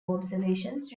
observations